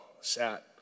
sat